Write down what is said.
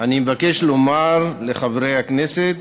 אני מבקש לומר לחברי הכנסת,